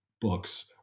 books